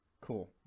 Cool